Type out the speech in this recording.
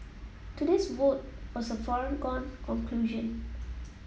today's vote was a foregone conclusion